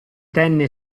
tenne